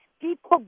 people